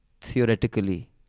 theoretically